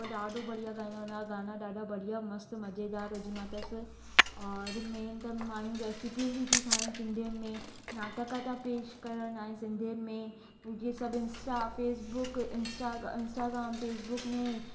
उहो ॾाढो बढ़िया ॻाईंदो आहे उन जा गाना ॾाढा बढ़िया मस्तु मज़ेदार हुजंदा अथसि और मेन अथनि मायूं रैसिपियूं बि थी ठाहिनि सिंधीयुनि में नाटक था पेश करण आहे सिंधीयुनि में जीअं सभु insta Facebook insta Instagram Facebook में